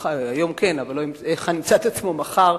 היום אולי כן, אבל לא היכן ימצא עצמו מחר,